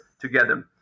together